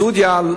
סעודיה,